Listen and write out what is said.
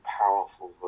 powerful